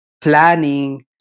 planning